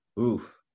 oof